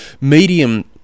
Medium